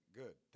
good